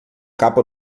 capa